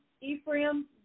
Ephraim